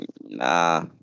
Nah